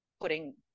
putting